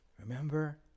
Remember